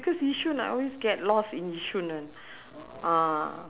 oh no wonder I see